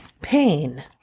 pain